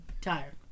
tire